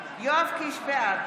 בעד